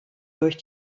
durch